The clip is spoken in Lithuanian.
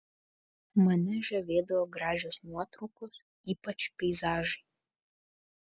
mane žavėdavo gražios nuotraukos ypač peizažai